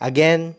Again